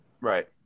Right